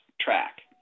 track